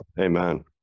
Amen